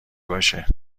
باشه